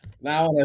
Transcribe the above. Now